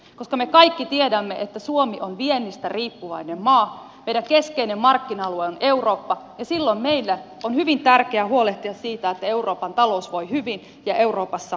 koska me kaikki tiedämme että suomi on viennistä riippuvainen maa meidän keskeinen markkina alueemme on eurooppa niin silloin meidän on hyvin tärkeää huolehtia siitä että euroopan talous voi hyvin ja euroopassa on vakaus